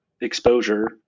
exposure